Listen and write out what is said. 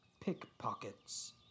pickpockets